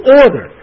order